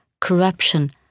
corruption